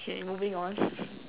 okay moving on